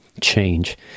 change